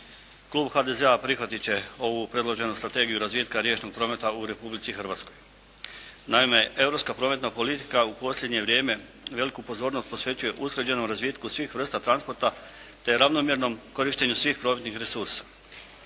Klub HDZ-a prihvatit će ovu predloženu Strategiju razvitka riječnog prometa u Republici Hrvatskoj. Naime, europska prometna politika u posljednje vrijeme veliku pozornost posvećuje usklađenom razvitku svih vrsta transporta, te ravnomjernom korištenju svih profitnih resursa.